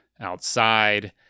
Outside